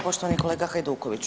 Poštovani kolega Hajdukoviću.